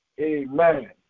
Amen